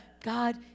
God